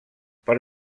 per